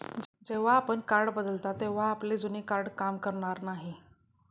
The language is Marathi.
जेव्हा आपण कार्ड बदलता तेव्हा आपले जुने कार्ड काम करणार नाही